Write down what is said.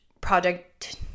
Project